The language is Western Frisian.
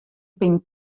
bin